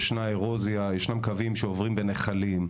ישנה אירוזיה, ישנם קווים שעוברים בנחלים,